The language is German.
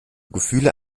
gefühle